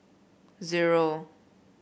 zero